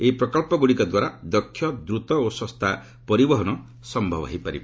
ଏହି ପ୍ରକଳ୍ପଗୁଡ଼ିକ ଦ୍ୱାରା ଦକ୍ଷ ଦ୍ରତ ଓ ଶସ୍ତା ପରିବହନ ସମ୍ଭବ ହୋଇପାରିବ